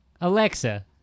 Alexa